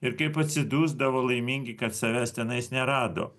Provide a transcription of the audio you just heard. ir kaip atsidusdavo laimingi kad savęs tenais nerado